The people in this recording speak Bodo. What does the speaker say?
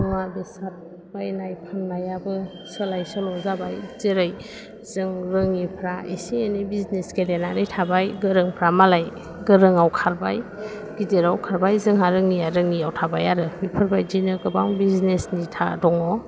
मुवा बेसाद बायनाय फान्नायाबो सोलाय सल' जाबाय जेरै जों रोङिफ्रा एसे एनै बिजनेस गेलेनानै थाबाय गोरोंफ्रा मालाय गोरोङाव खारबाय गिदिराव खारबाय जोंहा रोङिया रोङियाव थाबाय आरो बेफोर बायदिनो गोबां बिजनेसनि दङ